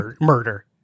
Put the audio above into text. murder